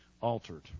altered